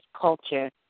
Culture